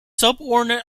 subordinate